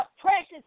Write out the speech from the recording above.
precious